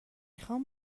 خوام